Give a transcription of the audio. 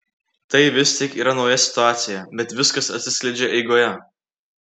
tai vis tik yra nauja situacija bet viskas atsiskleidžia eigoje